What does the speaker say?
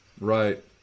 Right